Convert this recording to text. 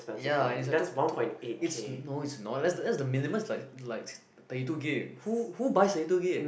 ya is a two two it's no it's not that's that's the minimal is like like thirty two gig who who buys thirty two gig